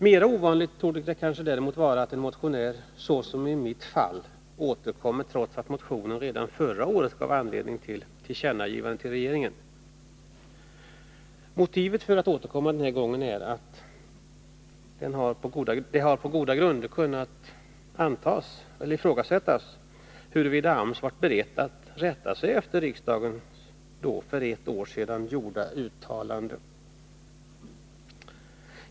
Mera ovanligt torde det däremot vara att en motionär såsom i mitt fall återkommer trots att motionen redan förra året gav anledning till tillkännagivande till regeringen. Motivet för att återkomma den här gången är att det på goda grunder har kunnat ifrågasättas huruvida AMS varit berett att rätta sig efter riksdagens för ett år sedan gjorde uttalande.